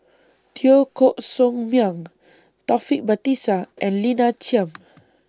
Teo Koh Sock Miang Taufik Batisah and Lina Chiam